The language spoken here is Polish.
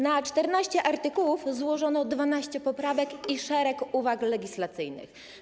Na 14 artykułów złożono 12 poprawek i szereg uwag legislacyjnych.